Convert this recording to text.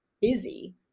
busy